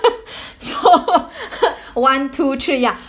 so one two three ya